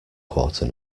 quarter